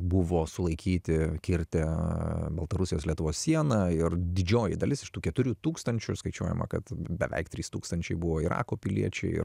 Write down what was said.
buvo sulaikyti kirtę baltarusijos lietuvos sieną ir didžioji dalis iš tų keturių tūkstančių skaičiuojama kad beveik trys tūkstančiai buvo irako piliečiai